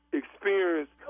experience